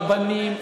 רבנים,